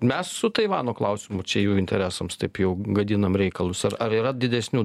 mes su taivano klausimu čia jų interesams taip jau gadinam reikalus ar ar yra didesnių